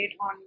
on